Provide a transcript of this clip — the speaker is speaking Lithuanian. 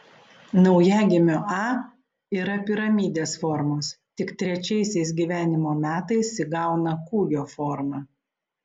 naujagimio a yra piramidės formos tik trečiaisiais gyvenimo metais įgauna kūgio formą